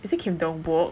is it